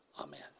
amen